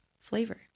flavor